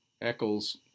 Eccles